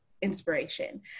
inspiration